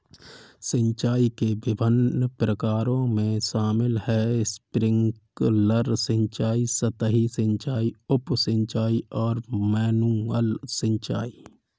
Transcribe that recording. सिंचाई के विभिन्न प्रकारों में शामिल है स्प्रिंकलर सिंचाई, सतही सिंचाई, उप सिंचाई और मैनुअल सिंचाई